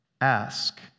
ask